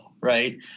right